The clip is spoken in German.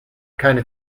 keine